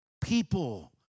people